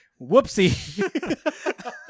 whoopsie